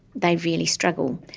they really struggle.